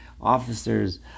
officers